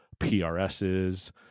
PRSs